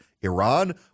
Iran